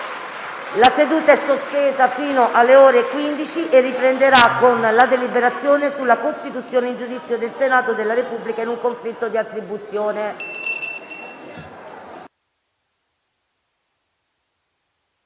la seduta fino alle ore 15, che riprenderà con la deliberazione sulla costituzione in giudizio del Senato della Repubblica in un conflitto di attribuzione.